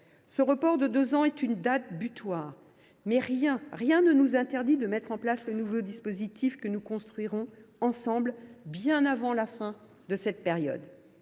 Ce report de deux ans fixe une date butoir, mais rien ne nous interdit de mettre en place le nouveau dispositif que nous construirons ensemble bien avant la fin de cette période.